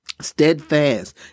steadfast